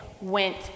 went